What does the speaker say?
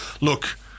look